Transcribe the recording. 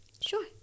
Sure